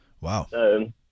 Wow